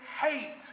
hate